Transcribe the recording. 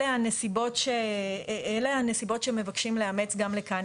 אלה הנסיבות שמבקשים לאמץ גם כאן.